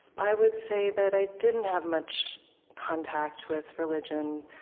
i would say that i didn't have much contact with religion.